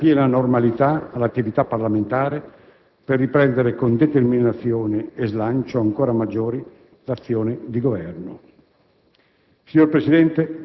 per restituire immediata e piena normalità all'attività parlamentare, per riprendere con determinazione e slancio ancora maggiori l'azione di Governo.